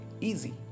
easy